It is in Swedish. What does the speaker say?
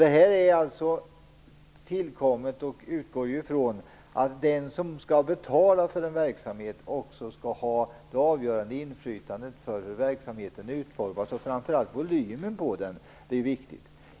Det här utgår alltså från att den som skall betala för en verksamhet också skall ha det avgörande inflytandet över hur verksamheten utformas och framför allt över dess volym. Det är viktigt.